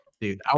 Dude